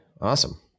Awesome